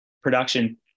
Production